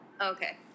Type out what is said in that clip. Okay